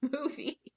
movie